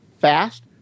fast